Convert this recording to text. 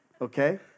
Okay